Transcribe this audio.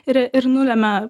ir ir nulemia